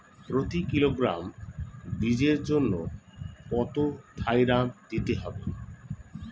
প্রতি কিলোগ্রাম বীজের জন্য কত থাইরাম দিতে হবে?